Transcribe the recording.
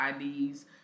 IDs